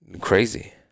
Crazy